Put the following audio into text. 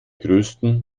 größten